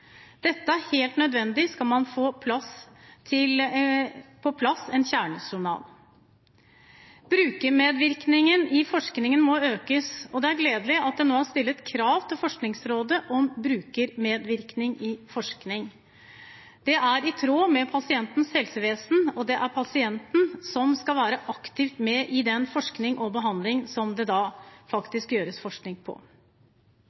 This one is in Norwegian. Dette er helt nødvendig skal man få på plass en kjernejournal. Brukermedvirkningen i forskningen må økes. Det er gledelig at det nå er stilt krav til Forskningsrådet om brukermedvirkning i forskning. Det er i tråd med pasientens helsevesen. Det er pasienten som skal være aktivt med i forskning og i den behandling som det da forskes på.